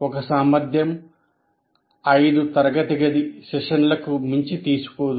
ఒక సామర్థ్యం 5 తరగతి గది సెషన్లకు మించి తీసుకోదు